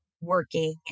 working